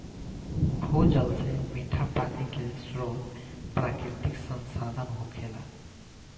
भूजल से मीठ पानी के स्रोत प्राकृतिक संसाधन होखेला